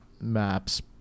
maps